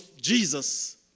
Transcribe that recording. Jesus